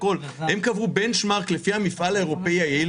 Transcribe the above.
אבל הם קבעו בנצ'מרק לפי המפעל האירופאי היעיל